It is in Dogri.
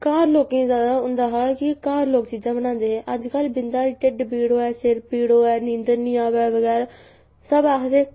घर लोकें गी जैदा होंदा हा कि घर लोग चीजां बनांदे हे ते अजकल्ल बिंद हारी भाई ढिड्ड पीड़ होऐ सिर पीड़ होऐ नींदर निं आवै बगैरा सब आखदे